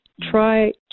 try